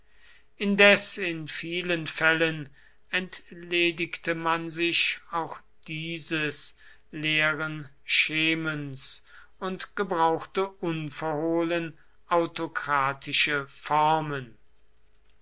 indes in vielen fällen entledigte man sich auch dieses leeren schemens und gebrauchte unverhohlen autokratische formen